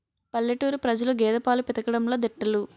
పల్లెటూరు ప్రజలు గేదె పాలు పితకడంలో దిట్టలు